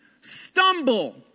stumble